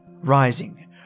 rising